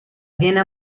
viene